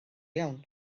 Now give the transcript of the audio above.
iawn